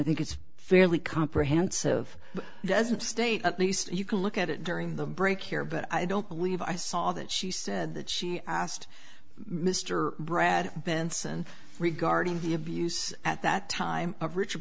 think it's fairly comprehensive doesn't state at least you can look at it during the break here but i don't believe i saw that she said that she asked mr brad benson regarding the abuse at that time of richard